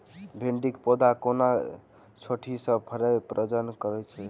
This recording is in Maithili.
भिंडीक पौधा कोना छोटहि सँ फरय प्रजनन करै लागत?